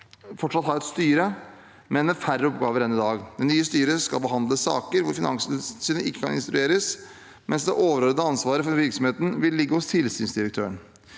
fortsatt ha et styre, men med færre oppgaver enn i dag. Det nye styret skal behandle saker hvor Finanstilsynet ikke kan instrueres, mens det overordnede ansvaret for virksomheten vil ligge hos tilsynsdirektøren.